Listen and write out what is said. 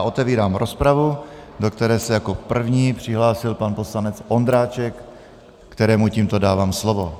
Otevírám rozpravu, do které se jako první přihlásil pan poslanec Ondráček, kterému tímto dávám slovo.